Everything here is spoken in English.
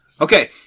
Okay